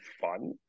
fun